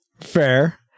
Fair